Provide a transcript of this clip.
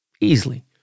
Easily